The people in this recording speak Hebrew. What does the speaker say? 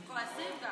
הם גם כועסים.